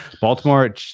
Baltimore